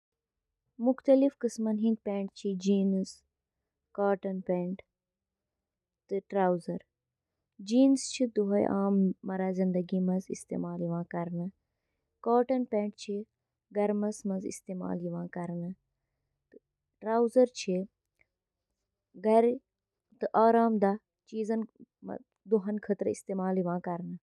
اکھ ٹوسٹر چُھ گرمی پٲدٕ کرنہٕ خٲطرٕ بجلی ہنٛد استعمال کران یُس روٹی ٹوسٹس منٛز براؤن چُھ کران۔ ٹوسٹر اوون چِھ برقی کرنٹ سۭتۍ کوائلن ہنٛد ذریعہٕ تیار گژھن وٲل انفراریڈ تابکٲری ہنٛد استعمال کٔرتھ کھین بناوان۔